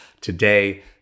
Today